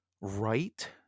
right